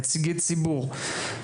נציגי ציבור.